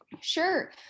sure